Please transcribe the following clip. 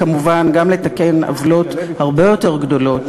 היא כמובן גם לתקן עוולות הרבה יותר גדולות,